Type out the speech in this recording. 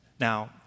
Now